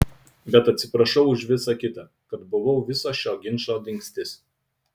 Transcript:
bet atsiprašiau už visa kita kad buvau viso šio ginčo dingstis